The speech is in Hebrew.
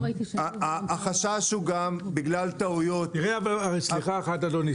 החשש הוא גם בגלל טעויות --- סליחה, אדוני.